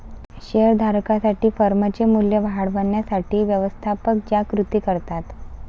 share धारकांसाठी फर्मचे मूल्य वाढवण्यासाठी व्यवस्थापक ज्या कृती करतात